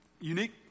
Unique